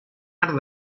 art